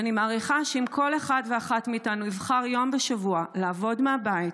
ואני מעריכה שאם כל אחת ואחד מאיתנו יבחרו יום אחד בשבוע לעבוד מהבית,